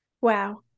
Wow